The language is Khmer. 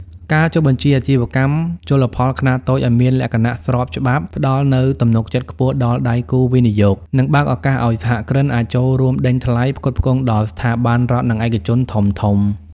ការចុះបញ្ជីអាជីវកម្មជលផលខ្នាតតូចឱ្យមានលក្ខណៈស្របច្បាប់ ផ្ដល់នូវទំនុកចិត្តខ្ពស់ដល់ដៃគូវិនិយោគ និងបើកឱកាសឱ្យសហគ្រិនអាចចូលរួមដេញថ្លៃផ្គត់ផ្គង់ដល់ស្ថាប័នរដ្ឋ និងឯកជនធំៗ។